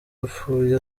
apfuye